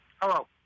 Hello